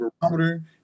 barometer